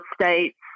States